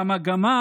והמגמה,